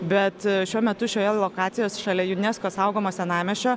bet šiuo metu šioje lokacijos šalia junesko saugomo senamiesčio